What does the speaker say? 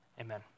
Amen